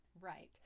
Right